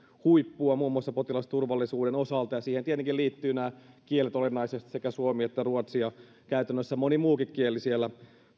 huippua muun muassa potilasturvallisuuden osalta siihen tietenkin liittyvät nämä kielet olennaisesti sekä suomi että ruotsi ja käytännössä moni muukin kieli siellä